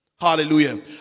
Hallelujah